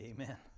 Amen